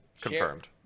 Confirmed